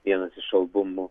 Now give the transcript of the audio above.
vienas iš albumų